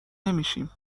نمیشیم